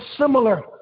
similar